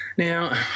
Now